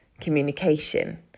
communication